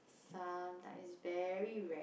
sometime it's very rare